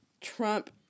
Trump